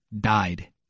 died